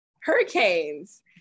hurricanes